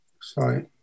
Sorry